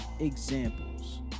examples